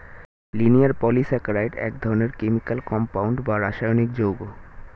linear polysaccharide এক ধরনের chemical compound বা রাসায়নিক যৌগ